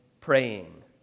praying